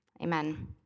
amen